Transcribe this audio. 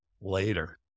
Later